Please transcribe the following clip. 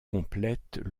complètent